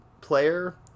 player